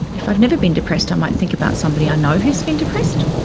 if i've never been depressed i might think about somebody i know who has been depressed.